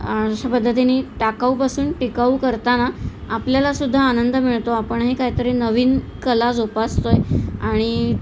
अशा पद्धतीनी टाकाऊपासून टिकाऊ करताना आपल्यालासुद्धा आनंद मिळतो आपण हे काहीतरी नवीन कला जोपासतो आहे आणि